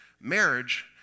marriage